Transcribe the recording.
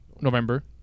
November